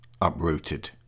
uprooted